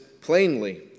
plainly